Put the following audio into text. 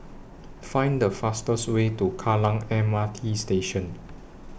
Find The fastest Way to Kallang M R T Station